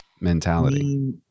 mentality